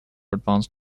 advanced